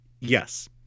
Yes